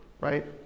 right